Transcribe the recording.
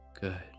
Good